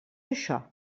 això